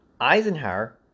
Eisenhower